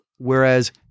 Whereas